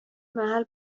محل